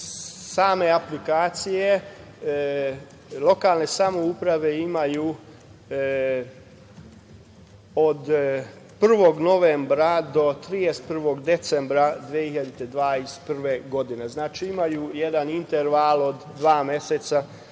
same aplikacije, lokalne samouprave imaju vremena od 1. novembra do 31. decembra 2021. godine. Znači, imaju jedan interval od dva meseca